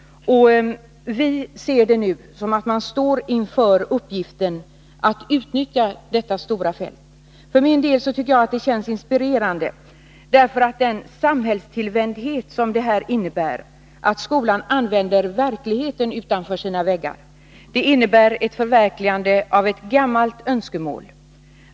Vi står nu inför uppgiften att göra det. För min del känns det inspirerande, eftersom den samhällstillvändhet som det innebär att skolan använder verkligheten utanför sina väggar är ett förverkligande av ett gammalt önskemål.